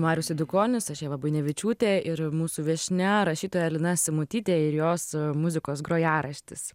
marius eidukonis aš ieva buinevičiūtė ir mūsų viešnia rašytoja lina simutytė ir jos muzikos grojaraštis